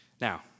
Now